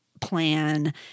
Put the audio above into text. plan